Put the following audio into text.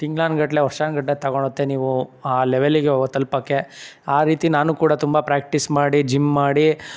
ತಿಂಗಳಾನ್ಗಟ್ಲೆ ವರ್ಷಾನುಗಟ್ಲೆ ತಗೊಳತ್ತೆ ನೀವು ಆ ಲೆವೆಲ್ಲಿಗೆ ಹೋಗಿ ತಲುಪಕ್ಕೆ ಆ ರೀತಿ ನಾನೂ ಕೂಡ ತುಂಬ ಪ್ರಾಕ್ಟೀಸ್ ಮಾಡಿ ಜಿಮ್ ಮಾಡಿ